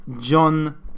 John